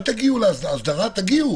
תגיעו.